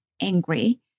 angry